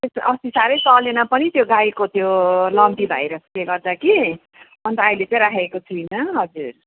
अस्ति साह्रै चलेन पनि त्यो गाईको त्यो लम्पी भाइरसले गर्दा कि अन्त अहिले चाहिँ राखेको छुइनँ हजुर